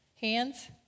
Hands